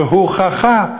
שהוכחה,